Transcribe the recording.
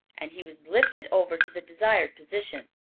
and he was lifted over to the desired position.